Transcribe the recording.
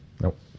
Nope